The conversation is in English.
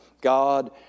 God